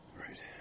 Right